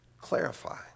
Clarify